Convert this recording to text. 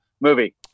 Movie